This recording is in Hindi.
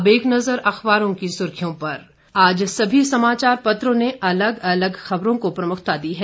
अब एक नजर अखबारों की सुर्खियों पर आज सभी समाचार पत्रों ने अलग अलग खबरों को प्रमुखता दी है